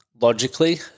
logically